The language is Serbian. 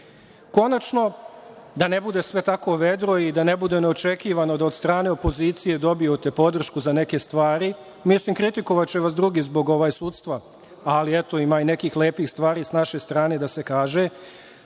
da ne bude sve tako vedro i da ne bude neočekivano da od strane opozicije dobijete podršku za neke stvari, mislim, kritikovaće vas drugi zbog sudstva, ali, eto, ima i nekih lepih stvari sa naše strane da se kažu,